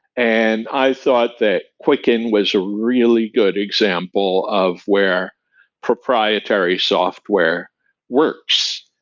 and i thought that quicken was a really good example of where proprietary software works,